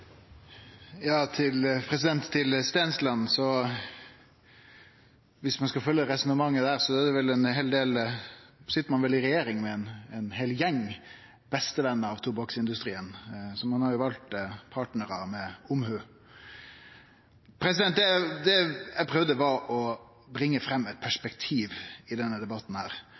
Til Stensland: Viss ein skal følgje det resonnementet, sit ein vel i regjering med ein heil gjeng bestevener av tobakksindustrien. Så ein har valt partnarar med omhug. Det eg prøvde, var å bringe fram eit perspektiv i denne debatten.